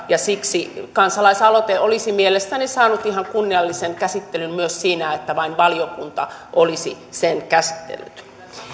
ja siksi kansalais aloite olisi mielestäni saanut ihan kunniallisen käsittelyn myös siinä että vain valiokunta olisi sen käsitellyt